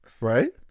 right